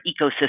ecosystem